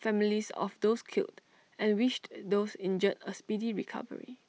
families of those killed and wished those injured A speedy recovery